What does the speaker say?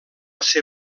ser